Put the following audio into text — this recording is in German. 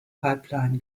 pipeline